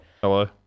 Hello